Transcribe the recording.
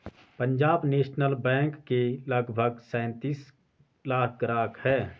Punjab National Bank के लगभग सैंतीस लाख ग्राहक हैं